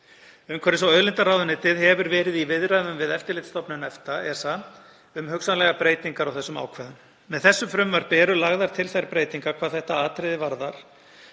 Umhverfis- og auðlindaráðuneytið hefur verið í viðræðum við ESA, Eftirlitsstofnun EFTA, um hugsanlegar breytingar á þessum ákvæðum. Með þessu frumvarpi eru lagðar til þær breytingar hvað þetta atriði varðar